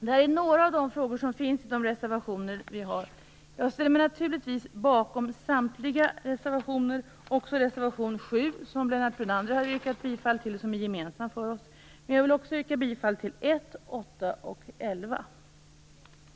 Detta är några av de frågor som finns i de reservationer vi har. Jag ställer mig naturligtvis bakom samtliga reservationer, och också reservation 7 som Lennart Brunander har yrkat bifall till och som är gemensam för oss. Jag vill också yrka bifall till reservation